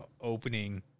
opening